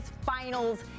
finals